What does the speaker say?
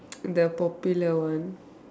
the popular one